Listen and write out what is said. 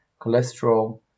Cholesterol